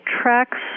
tracks